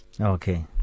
Okay